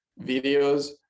videos